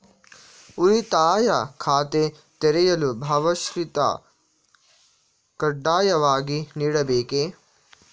ಉಳಿತಾಯ ಖಾತೆ ತೆರೆಯಲು ಭಾವಚಿತ್ರ ಕಡ್ಡಾಯವಾಗಿ ನೀಡಬೇಕೇ?